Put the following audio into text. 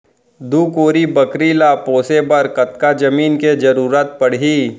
दू कोरी बकरी ला पोसे बर कतका जमीन के जरूरत पढही?